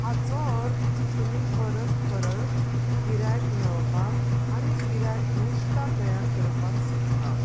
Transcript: हाचो अर्थ तुमी परत परत गिरायक मेळोवपाक आनी गिरायक निश्टा तयार करपाक सोदता